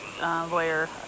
lawyer